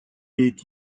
est